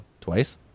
twice